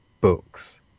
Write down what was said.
books